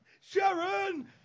Sharon